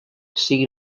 sigui